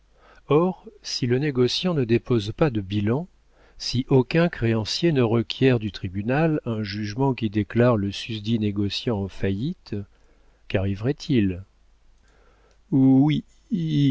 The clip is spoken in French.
or si le négociant ne dépose pas de bilan si aucun créancier ne requiert du tribunal un jugement qui déclare le susdit négociant en faillite qu'arriverait-il oui i